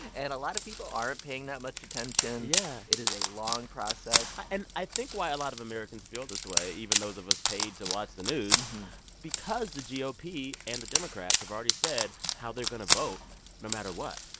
and a lot of people aren't paying that much attention yeah it is a long process and i think why a lot of americans feel this way, even those of us paid to watch the news because the gop ah and the democrats have already said how they're going to vote no matter what.